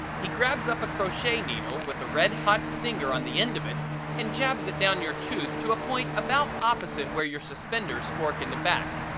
he grabs up a crochet needle with a red hot stinger on the end of it and jabs it down your tooth to a point about opposite where your suspenders fork in the back.